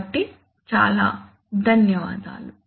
కాబట్టి చాలా ధన్యవాదాలు